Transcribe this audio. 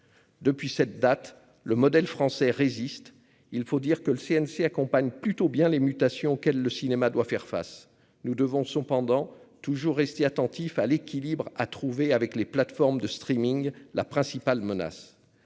depuis cette date, le modèle français résiste, il faut dire que le CNC accompagne plutôt bien les mutations auxquelles le cinéma doit faire face, nous devons cependant toujours rester attentif à l'équilibre à trouver, avec les plateformes de streaming, la principale menace